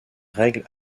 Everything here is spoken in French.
règles